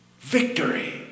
victory